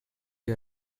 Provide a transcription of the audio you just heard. you